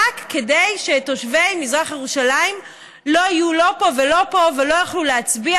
רק כדי שתושבי מזרח ירושלים יהיו לא פה ולא פה ולא יוכלו להצביע.